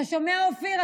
אתה שומע, אופיר?